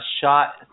shot